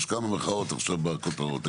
יש כמה מחאות עכשיו בכותרות.